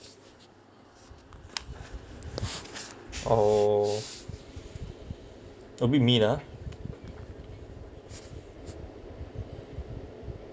oh a bit mean ah